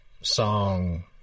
song